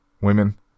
women